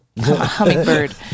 hummingbird